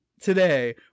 Today